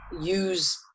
use